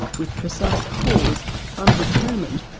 with precise cause undetermined,